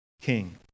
king